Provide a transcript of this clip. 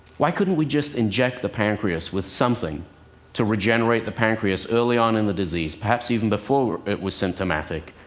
why couldn't we just inject the pancreas with something to regenerate the pancreas early on in the disease, perhaps even before it was symptomatic?